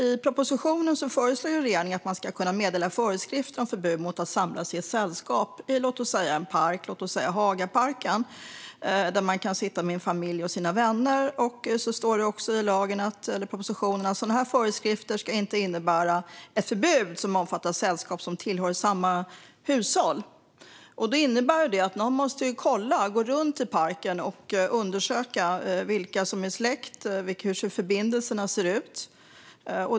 I propositionen föreslår regeringen att föreskrifter ska kunna meddelas om förbud mot att samlas i ett sällskap, låt oss säga en park som Hagaparken, där man kan sitta med sin familj och sina vänner. Det står i propositionen att sådana föreskrifter inte ska innebära ett förbud som omfattar sällskap som tillhör samma hushåll. Detta innebär att någon måste gå runt i parken och kolla och undersöka vilka som är släkt och hur förbindelserna ser ut.